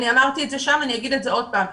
אמרתי את זה שם ואגיד את זה עוד פעם.